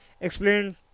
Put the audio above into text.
explained